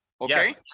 Okay